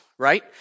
Right